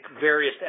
various